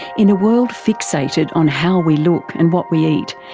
in a world fixated on how we look and what we eat,